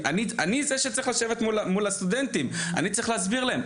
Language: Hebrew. אני זה שצריך לשבת מול הסטודנטים ואני צריך להסביר להם.